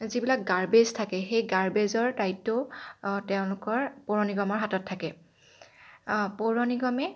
যিবিলাক গাৰ্বেজ থাকে সেই গাৰ্বেজৰ দায়িত্বও তেওঁলোকৰ পৌৰ নিগমৰ হাতত থাকে পৌৰ নিগমে